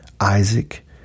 Isaac